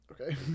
Okay